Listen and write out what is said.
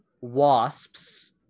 wasps